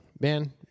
man